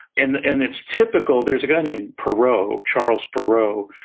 and and it's typical. there's a guy named perrow, charles perrow,